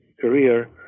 career